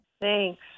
Thanks